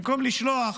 במקום לשלוח